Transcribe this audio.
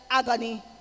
agony